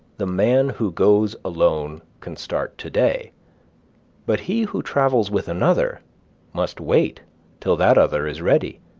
the man who goes alone can start today but he who travels with another must wait till that other is ready,